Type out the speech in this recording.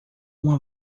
uma